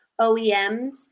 OEMs